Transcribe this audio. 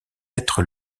être